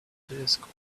telescope